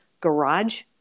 garage